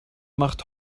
macht